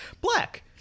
Black